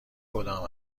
کدام